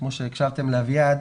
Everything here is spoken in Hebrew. כמו שהקשבתם לאביעד,